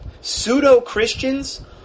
pseudo-Christians